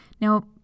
Now